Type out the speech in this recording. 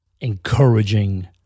encouraging